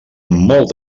molt